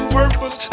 purpose